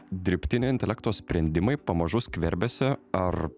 dirbtinio intelekto sprendimai pamažu skverbiasi ar